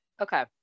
Okay